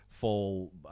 fall